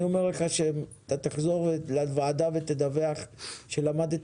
אני אומר לך שאתה תחזור לוועדה ותדווח שלמדת